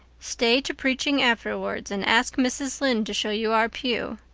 stay to preaching afterwards and ask mrs. lynde to show you our pew.